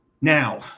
Now